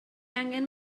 angen